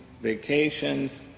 vacations